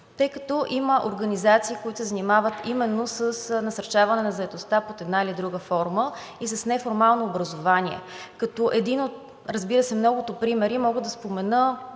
тъй като има организации, които се занимават именно с насърчаване на заетостта под една или друга форма и с неформално образование. Като един, разбира се, от многото примери мога да спомена,